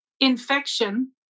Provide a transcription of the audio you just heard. Infection